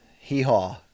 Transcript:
Hee-haw